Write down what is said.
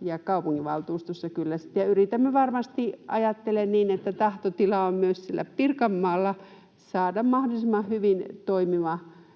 ja kaupunginvaltuustossa. [Ilmari Nurmisen välihuuto — Naurua] Ja yritämme varmasti... Ajattelen niin, että tahtotila on myös siellä Pirkanmaalla saada mahdollisimman hyvin toimiva